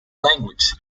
language